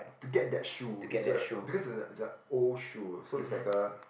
to get that shoe is a because is a is a old shoe so it's like a